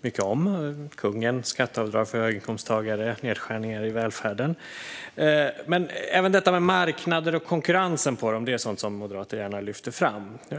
mycket om, exempelvis kungen, skatteavdrag för höginkomsttagare och nedskärningar i välfärden. Även marknader och konkurrensen på dem är sådant som moderater gärna lyfter fram.